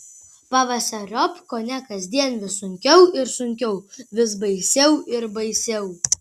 pavasariop kone kasdien vis sunkiau ir sunkiau vis baisiau ir baisiau